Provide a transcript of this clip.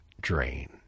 drain